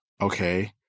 okay